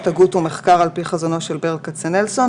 הגות ומחקר על פי חזונו של ברל כצנלסון.